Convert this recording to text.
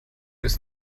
ist